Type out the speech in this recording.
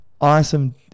Awesome